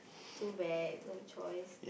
too bad no choice